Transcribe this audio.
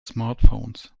smartphones